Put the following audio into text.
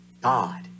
God